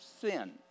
sin